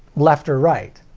left or right.